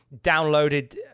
downloaded